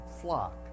flock